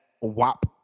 wop